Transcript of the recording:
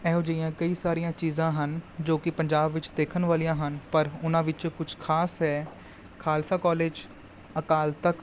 ਇਹੋ ਜਿਹੀਆਂ ਕਈ ਸਾਰੀਆਂ ਚੀਜ਼ਾਂ ਹਨ ਜੋ ਕਿ ਪੰਜਾਬ ਵਿੱਚ ਦੇਖਣ ਵਾਲੀਆਂ ਹਨ ਪਰ ਉਹਨਾਂ ਵਿੱਚੋਂ ਕੁਛ ਖਾਸ ਹੈ ਖਾਲਸਾ ਕੋਲੇਜ ਅਕਾਲ ਤਖ਼ਤ